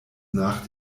nach